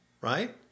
Right